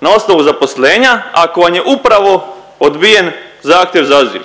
na osnovu zaposlenja ako vam je upravo odbijen zahtjev za azil.